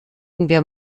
wir